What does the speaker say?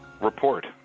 report